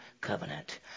covenant